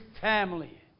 family